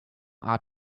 art